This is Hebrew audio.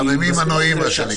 מחממים מנועים, מה שנקרא.